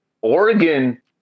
Oregon